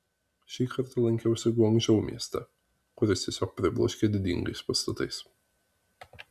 šį kartą lankiausi guangdžou mieste kuris tiesiog pribloškė didingais pastatais